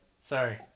Sorry